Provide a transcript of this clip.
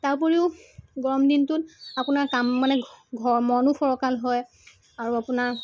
তাৰ উপৰিও গৰম দিনটোত আপোনাৰ কাম মানে ঘৰ মনো ফৰকাল হয় আৰু আপোনাৰ